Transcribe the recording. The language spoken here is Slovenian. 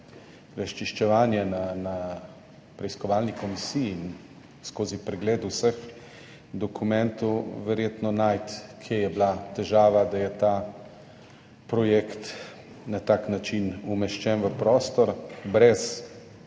razčiščevanje na preiskovalni komisiji in skozi pregled vseh dokumentov najti, kje je bila težava, da je ta projekt na tak način umeščen v prostor